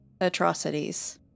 atrocities